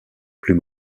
plus